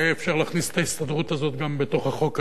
אפשר אולי להכניס את ההסתדרות הזאת גם בתוך החוק הזה.